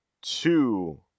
two